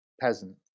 peasant